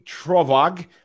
Trovag